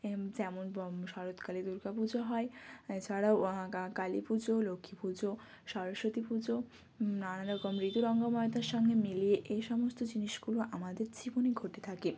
এ যেমন শরৎকালে দুর্গা পুজো হয় এছাড়াও কালী পুজো লক্ষ্মী পুজো সরস্বতী পুজো নানা রকম ঋতু রঙ্গময়তার সঙ্গে মিলিয়ে এই সমস্ত জিনিসগুলো আমাদের জীবনে ঘটে থাকে